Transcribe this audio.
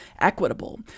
equitable